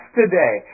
today